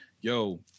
yo